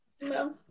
No